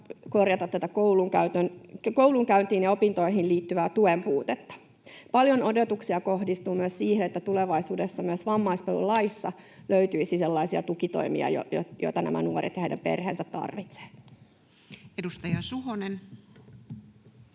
korjata koulunkäyntiin ja opintoihin liittyvää tuen puutetta. Paljon odotuksia kohdistuu myös siihen, että tulevaisuudessa myös vammaispalvelulaista löytyisi sellaisia tukitoimia, joita nämä nuoret ja heidän perheensä tarvitsevat. [Speech